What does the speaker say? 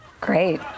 great